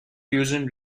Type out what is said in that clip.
fusion